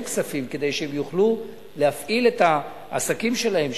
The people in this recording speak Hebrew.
כספים כדי שהם יוכלו להפעיל את העסקים שלהם,